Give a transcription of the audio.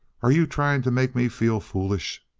are you trying to make me feel foolish?